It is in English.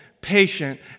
patient